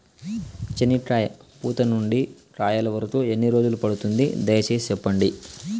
చెనక్కాయ పూత నుండి కాయల వరకు ఎన్ని రోజులు పడుతుంది? దయ సేసి చెప్పండి?